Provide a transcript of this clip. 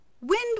Wind